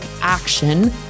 action